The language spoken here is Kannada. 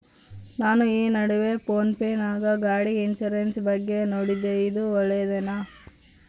ನಾನು ಈ ನಡುವೆ ಫೋನ್ ಪೇ ನಾಗ ಗಾಡಿ ಇನ್ಸುರೆನ್ಸ್ ಬಗ್ಗೆ ನೋಡಿದ್ದೇ ಇದು ಒಳ್ಳೇದೇನಾ?